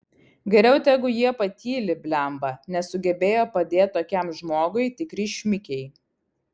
geriau tegu jie patyli blemba nesugebejo padėt tokiam žmogui tikri šmikiai